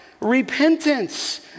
Repentance